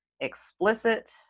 explicit